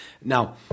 Now